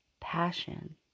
passion